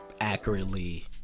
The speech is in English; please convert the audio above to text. accurately